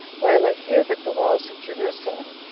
while i hear that the walls of jerusalem,